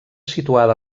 situada